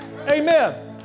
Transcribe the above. amen